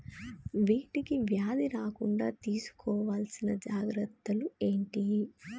వీటికి వ్యాధి రాకుండా తీసుకోవాల్సిన జాగ్రత్తలు ఏంటియి?